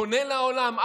פונה לעולם,